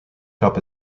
cup